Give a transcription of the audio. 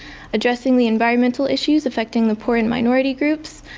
addressing the environmental issues effecting the poor and minority groups,